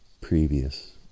previous